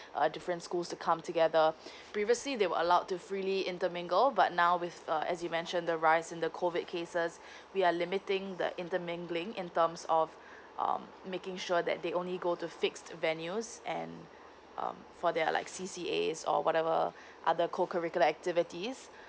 uh different schools to come together previously they were allowed to freely intermingle but now with uh as you mention the rise in the COVID cases we are limiting the intermingling in terms of um making sure that they only go to fixed venues and um for their like C_C_A_S or whatever other co curricular activities